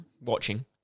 watching